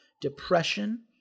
depression